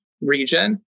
region